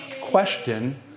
question